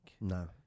No